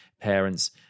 parents